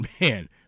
Man